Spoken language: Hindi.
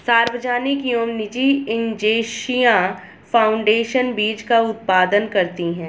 सार्वजनिक एवं निजी एजेंसियां फाउंडेशन बीज का उत्पादन करती है